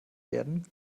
werden